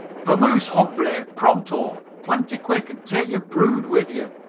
vamoos, hombre, pronto plenty quick and take your brood with you.